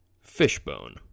Fishbone